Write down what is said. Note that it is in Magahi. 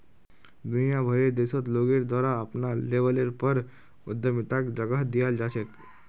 दुनिया भरेर देशत लोगेर द्वारे अपनार लेवलेर पर उद्यमिताक जगह दीयाल जा छेक